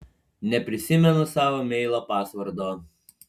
neprisimenu savo meilo pasvordo